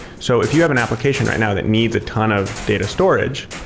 so if you have an application right now that needs a ton of data storage,